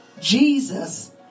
Jesus